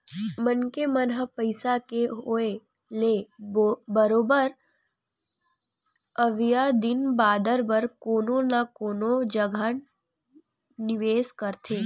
मनखे मन ह पइसा के होय ले बरोबर अवइया दिन बादर बर कोनो न कोनो जघा निवेस करथे